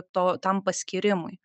to tam paskyrimui